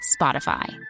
Spotify